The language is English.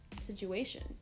situation